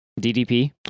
DDP